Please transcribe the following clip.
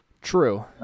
True